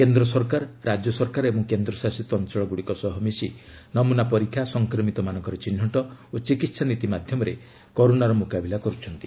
କେନ୍ଦ୍ର ସରକାର' ରାଜ୍ୟ ସରକାର ଓ କେନ୍ଦ୍ରଶାସିତ ଅଞ୍ଚଳଗୁଡ଼ିକ ସହ ମିଶି ନମୁନା ପରୀକ୍ଷା ସଫକ୍ରମିତମାନଙ୍କର ଚିହ୍ନଟ ଓ ଚିକିତ୍ସା ନୀତି ମାଧ୍ୟମରେ କରୋନାର ମୁକାବିଲା କରୁଛନ୍ତି